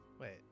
Wait